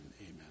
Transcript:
amen